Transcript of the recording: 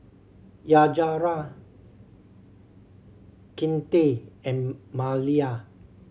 Yajaira Kinte and Malia